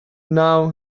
now